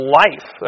life